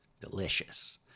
delicious